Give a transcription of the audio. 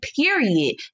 period